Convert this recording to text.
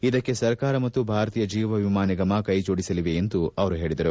ಇದಕ್ಕೆ ಸರ್ಕಾರ ಮತ್ತು ಭಾರತೀಯ ಜೀವ ವಿಮಾ ನಿಗಮ ಕ್ಷೆ ಜೋಡಿಸಲಿವೆ ಎಂದು ಅವರು ಹೇಳಿದರು